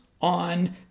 on